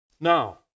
Now